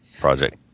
project